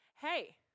hey